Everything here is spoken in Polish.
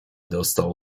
dostał